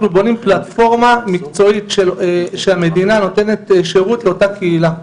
אנחנו בונים פלטפורמה מקצועית שהמדינה נותנת שירות לאותה קהילה.